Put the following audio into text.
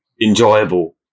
enjoyable